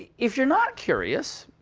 if you're not curious,